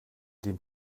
dem